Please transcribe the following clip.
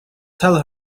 tell